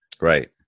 Right